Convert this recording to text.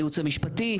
הייעוץ המשפטי.